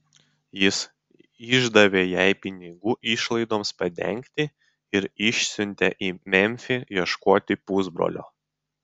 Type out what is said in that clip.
jis išdavė jai pinigų išlaidoms padengti ir išsiuntė į memfį ieškoti pusbrolio